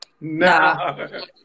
no